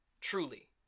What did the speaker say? truly